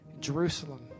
Jerusalem